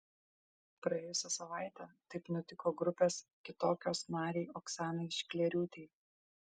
praėjusią savaitę taip nutiko grupės kitokios narei oksanai šklėriūtei